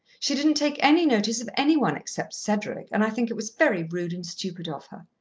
she didn't take any notice of any one except cedric, and i think it was very rude and stupid of her.